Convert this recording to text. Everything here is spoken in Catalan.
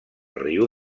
riu